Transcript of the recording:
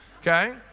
Okay